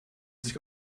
sich